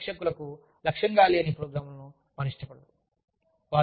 నిర్దిష్ట ప్రేక్షకులకు లక్ష్యంగా లేని ప్రోగ్రామ్లను వారు ఇష్టపడరు